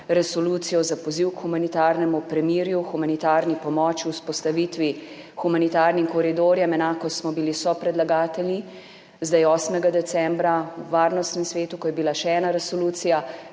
resolucijo za poziv k humanitarnemu premirju, humanitarni pomoči, vzpostavitvi humanitarnih koridorjev, enako smo bili sopredlagatelji 8. decembra v Varnostnem svetu, ko je bila še ena resolucija,